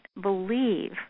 believe